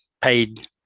paid